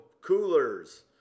coolers